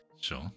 Sure